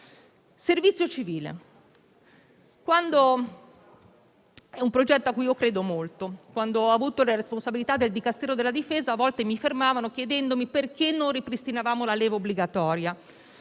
servizio civile è un progetto a cui io credo molto. Quando ho avuto la responsabilità del Ministero della difesa a volte venivo fermata e mi si domandava perché non ripristinavamo la leva obbligatoria;